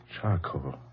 Charcoal